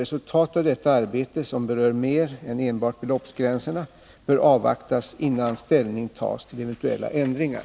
Resultatet av detta arbete — som berör mer än enbart beloppsgränserna — bör avvaktas innan ställning tas till eventuella ändringar.